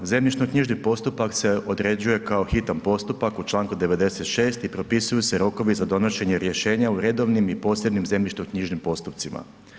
Zemljišnoknjižni postupak se određuje kao hitan postupak u čl. 96 i propisuju se rokovi za donošenje rješenja u redovnim i posebnim zemljišnoknjižnim postupcima.